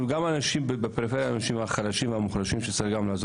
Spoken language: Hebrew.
צריך לעזור גם בזה לאנשים החלשים והמוחלשים בפריפריה.